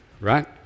right